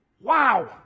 Wow